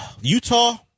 Utah